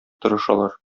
тырышалар